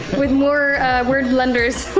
with more word blenders.